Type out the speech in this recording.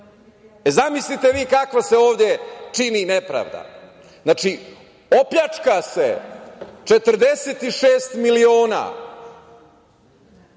E, zamislite vi kako se ovde čini nepravda. Znači, opljačka se 46 miliona